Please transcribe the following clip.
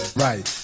right